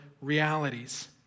realities